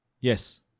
Yes